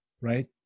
right